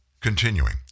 Continuing